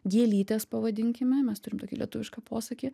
gėlytės pavadinkime mes turim tokį lietuvišką posakį